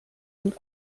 und